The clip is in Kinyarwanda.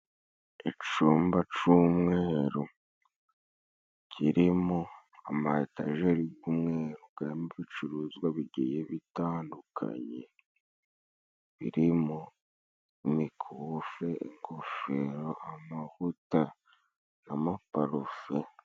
Icumba c'umweru, kirimo ama etajeri g'umweru, garimo ibicuruzwa bigiye bitandukanye, birimo imikufe, ingofero, amavuta n'amaparufe.